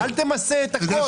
אל תמסה את הכול.